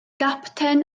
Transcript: gapten